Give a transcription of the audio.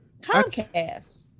Comcast